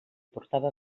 portava